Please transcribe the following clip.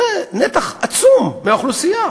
תראה, זה נתח עצום מהאוכלוסייה,